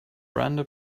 brenda